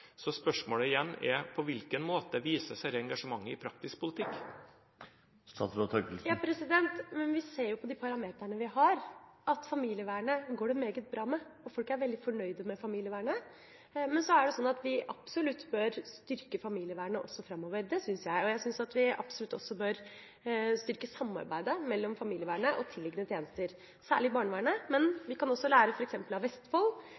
Så spørsmålet er igjen: På hvilken måte vises dette engasjementet i praktisk politikk? Vi ser jo på parametrene vi har, at det går meget bra med familievernet. Folk er veldig fornøyd med familievernet. Men så er det sånn at jeg syns vi absolutt bør styrke familievernet også framover. Jeg syns absolutt vi bør styrke samarbeidet mellom familievernet og tilliggende tjenester, særlig barnevernet. Men vi kan lære av f.eks. Vestfold,